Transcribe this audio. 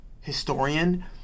historian